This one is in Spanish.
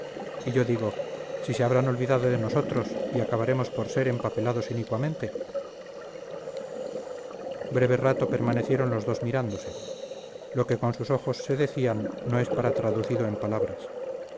y yo digo si se habrán olvidado de nosotros y acabaremos por ser empapelados inicuamente breve rato permanecieron los dos mirándose lo que con sus ojos se decían no es para traducido en palabras